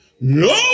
No